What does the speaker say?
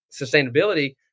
sustainability